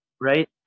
Right